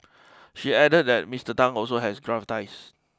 she added that Mister Tan also has gravitas